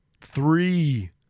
three